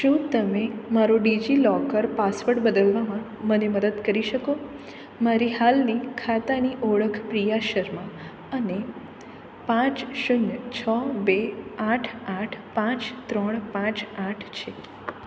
શું તમે મારો ડિજિલોકર પાસવડ બદલવામાં મને મદદ કરી શકો મારી હાલની ખાતાની ઓળખ પ્રિયા શર્મા અને પાંચ શૂન્ય છ બે આઠ આઠ પાંચ ત્રણ પાંચ આઠ છે